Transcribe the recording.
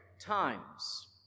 times